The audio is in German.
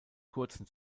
kurzen